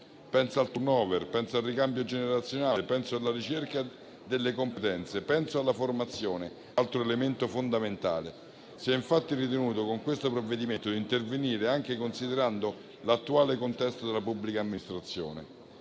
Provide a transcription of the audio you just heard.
Penso al *turnover*, al ricambio generazionale, alla ricerca delle competenze, alla formazione, altro elemento fondamentale. Si è infatti ritenuto, con questo provvedimento, di intervenire anche considerando l'attuale contesto della pubblica amministrazione.